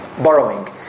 Borrowing